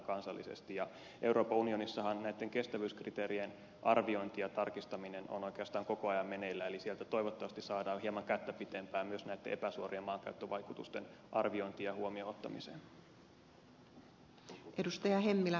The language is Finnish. euroopan unionissahan näitten kestävyyskriteerien arviointi ja tarkistaminen on oikeastaan koko ajan meneillään eli sieltä toivottavasti saadaan hieman kättä pidempää myös näitten epäsuorien maankäyttövaikutusten arviointiin ja huomioon ottamiseen